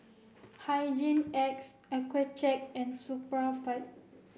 Hygin X Accucheck and Supravit